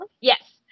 Yes